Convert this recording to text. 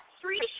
three